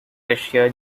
russia